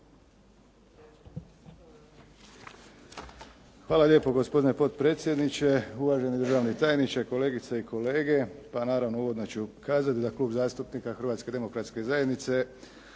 Hvala lijepo gospodine potpredsjedniče. Uvaženi državni tajniče, kolegice i kolege. Pa naravno, uvodno ću kazati da Klub zastupnika Hrvatske demokratske zajednice